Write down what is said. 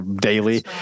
daily